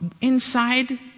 inside